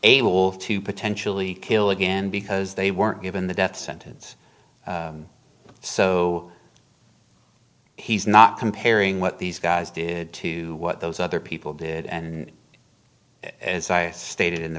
able to potentially kill again because they weren't given the death sentence so he's not comparing what these guys did to what those other people did and as i stated in